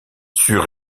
sûr